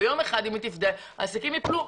אם היא תפדה, העסקים יפלו.